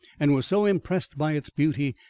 and was so impressed by its beauty,